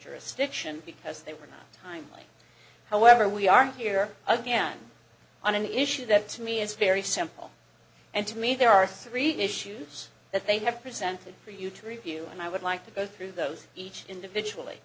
jurisdiction because they were not timely however we are here again on an issue that to me is very simple and to me there are three issues that they have presented for you to review and i would like to go through those each individually